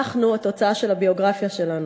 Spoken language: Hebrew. אנחנו התוצאה של הביוגרפיה שלנו.